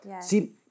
See